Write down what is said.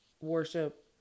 worship